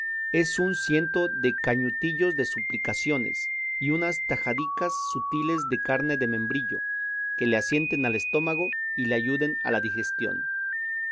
es un ciento de cañutillos de suplicaciones y unas tajadicas subtiles de carne de membrillo que le asienten el estómago y le ayuden a la digestión